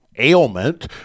ailment